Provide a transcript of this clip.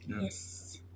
yes